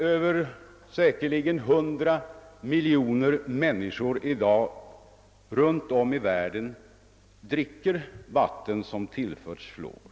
Över hundra miljoner människor runt om i världen dricker i dag vatten som tillförts fluor.